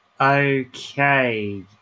okay